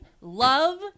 love